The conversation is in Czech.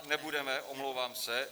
Nebudeme, omlouvám se.